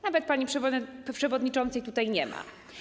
Nawet pani przewodniczącej tutaj nie ma.